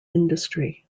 industry